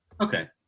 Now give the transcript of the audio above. Okay